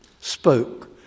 spoke